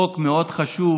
חוק מאוד חשוב